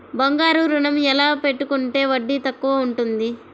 బంగారు ఋణం ఎలా పెట్టుకుంటే వడ్డీ తక్కువ ఉంటుంది?